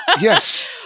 Yes